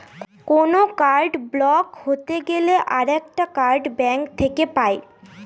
কোনো card block হতে গেলে আরেকটা কার্ড ব্যাঙ্ক থেকে পাই